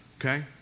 Okay